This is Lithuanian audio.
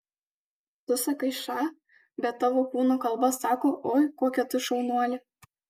tu sakai ša bet tavo kūno kalba sako oi kokia tu šaunuolė